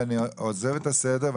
אני עוזב את הסדר,